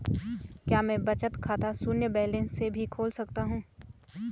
क्या मैं बचत खाता शून्य बैलेंस से भी खोल सकता हूँ?